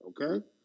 Okay